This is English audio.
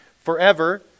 forever